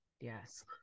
Yes